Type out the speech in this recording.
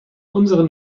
unseren